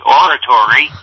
oratory